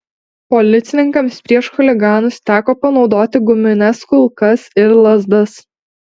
policininkams prieš chuliganus teko panaudoti gumines kulkas ir lazdas